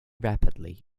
rapidly